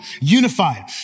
unified